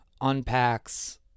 unpacks